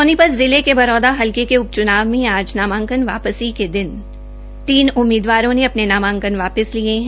सोनीपत जिले के बरोदा हलके के उप चूनाव में आज नामांकन वापसी के दिन तीन उम्मीदवारों ने अपने नामांकन वापिस लिए हैं